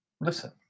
Listen